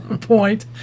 point